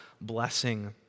blessing